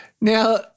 Now